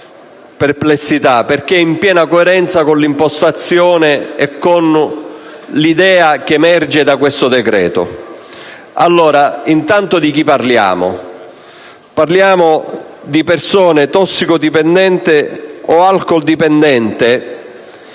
perplessità in quanto è in piena coerenza con l'impostazione e con l'idea che emerge dal decreto-legge. Intanto di chi parliamo? Parliamo di persona tossicodipendente o alcoldipendente